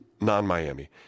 non-Miami